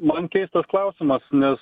man keistas klausimas nes